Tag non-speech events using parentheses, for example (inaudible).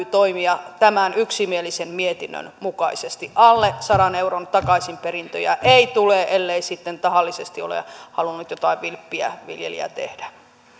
(unintelligible) toimia tämän yksimielisen mietinnön mukaisesti alle sadan euron takaisinperintöjä ei tule ellei sitten tahallisesti ole halunnut jotain vilppiä viljelijä tehdä